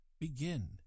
Begin